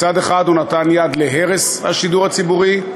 מצד אחד הוא נתן יד להרס השידור הציבורי,